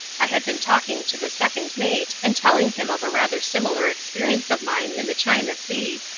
i had been talking to the second mate and telling him of a rather similar experience of mine in the china sea,